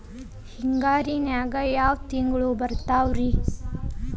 ಹಿಂಗಾರಿನ್ಯಾಗ ಯಾವ ತಿಂಗ್ಳು ಬರ್ತಾವ ರಿ?